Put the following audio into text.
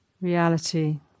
reality